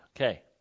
Okay